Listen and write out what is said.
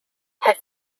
have